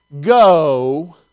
go